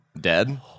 dead